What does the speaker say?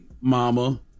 mama